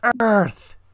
Earth